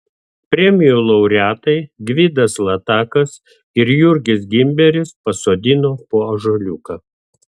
premijų laureatai gvidas latakas ir jurgis gimberis pasodino po ąžuoliuką